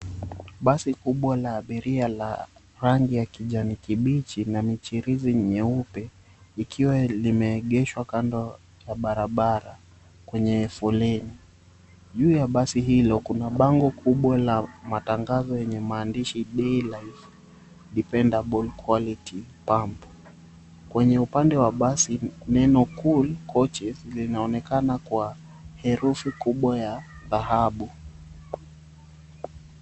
Basi kubwa la abiria la rangi ya kijani kibichi na michirizi nyeupe likiwa limeegeshwa kando ya barabara kwenye foleni. Juu ya basi hilo kuna bango kubwa la matangazo yenye maandishi, "Daylife dependable quality pump" . Kwenye upande wa basi neno, Cool Coaches linaonekana kwa herufi kubwa ya dhahabu.